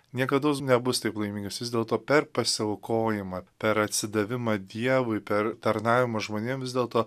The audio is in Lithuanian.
niekados nebus taip laimingas vis dėlto per pasiaukojimą per atsidavimą dievui per tarnavimą žmonėm vis dėlto